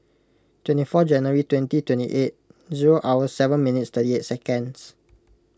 twenty Jan twenty twenty eight zero hours seven minutes thirty eight seconds